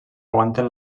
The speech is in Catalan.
aguanten